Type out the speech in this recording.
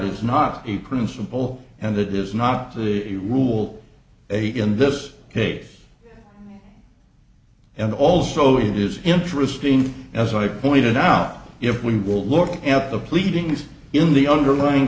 is not a principle and that is not the rule a in this case and also it is interesting as i pointed out if we will look at the pleadings in the underlying